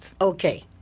Okay